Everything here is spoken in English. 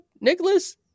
Nicholas